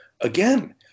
again